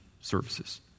services